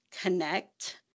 connect